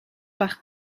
bach